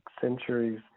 centuries